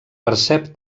percep